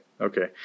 okay